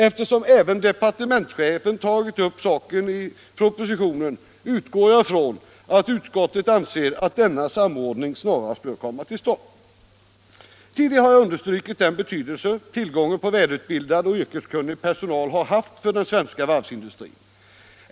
Eftersom även departementschefen tagit upp saken i propositionen, utgår jag från att utskottet anser att denna samordning snarast bör komma till stånd. Tidigare har jag understrukit den betydelse tillgången på väl utbildad och yrkeskunnig personal har haft för den svenska varvsindustrin.